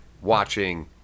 watching